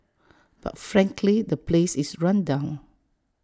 but frankly the place is run down